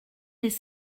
les